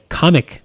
comic